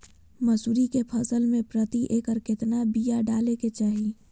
मसूरी के फसल में प्रति एकड़ केतना बिया डाले के चाही?